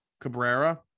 Cabrera